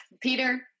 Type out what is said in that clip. Peter